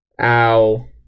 Ow